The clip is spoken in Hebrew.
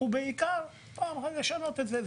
העיקר הוא לשנות את זה.